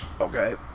Okay